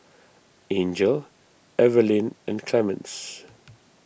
Angel Evaline and Clemens